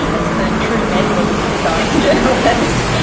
that's the true metal of a good science journalist.